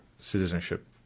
citizenship